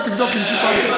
ותבדוק אם שיפרתי.